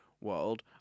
world